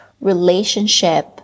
relationship